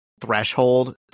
threshold